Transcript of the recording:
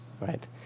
right